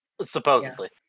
Supposedly